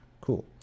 Cool